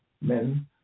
men